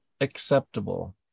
acceptable